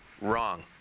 Wrong